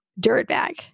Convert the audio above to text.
Dirtbag